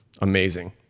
Amazing